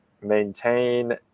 maintain